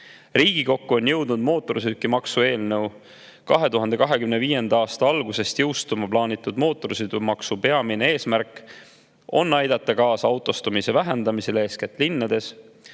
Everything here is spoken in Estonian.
Riigikokku on jõudnud mootorsõidukimaksu eelnõu. 2025. aasta algusest jõustuma plaanitud mootorsõidukimaksu peamine eesmärk on aidata kaasa autostumise vähendamisele eeskätt linnades,